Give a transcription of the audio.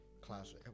Classic